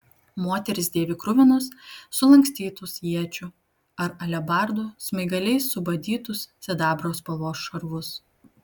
moteris dėvi kruvinus sulankstytus iečių ar alebardų smaigaliais subadytus sidabro spalvos šarvus